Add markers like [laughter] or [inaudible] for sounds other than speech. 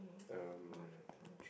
um [breath]